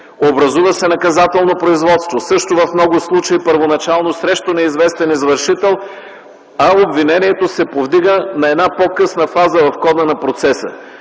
Образува се наказателно производство – също в много случаи първоначално срещу неизвестен извършител, а обвинението се повдига на по-късна фаза в хода на процеса.